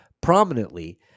prominently